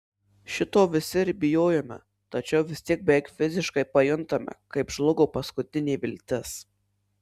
šito visi ir bijojome tačiau vis tiek beveik fiziškai pajuntame kaip žlugo paskutinė viltis